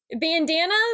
Bandanas